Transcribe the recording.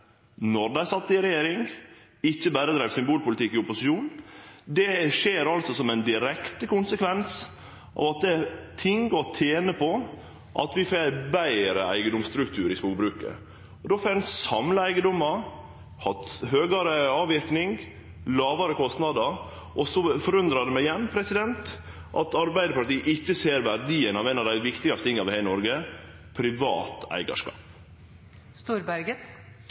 dei sat i regjering og ikkje berre dreiv symbolpolitikk i opposisjon, skjer som ein direkte konsekvens av at det er ting å tene på at vi får betre eigedomsstruktur i skogbruket. Då får ein samla eigedomar, får høgare avverking og lågare kostnader. Så forundrar det meg igjen at Arbeidarpartiet ikkje ser verdien av noko av det viktigaste vi har i Noreg, privat